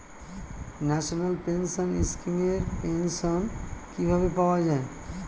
National pension scheme এর pension কিভাবে পাওয়া যায়?